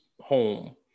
home